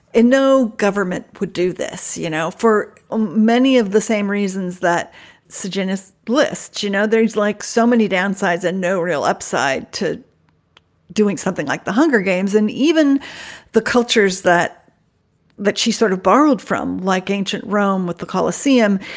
and no government would do this. you know, for um many of the same reasons that cegelis and lists, you know, there's like so many downsides and no real upside to doing something like the hunger games and even the cultures that that she sort of borrowed from like ancient rome with the coliseum.